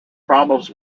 problems